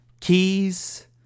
keys